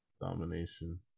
Domination